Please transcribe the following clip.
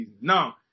Now